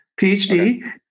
PhD